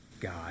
God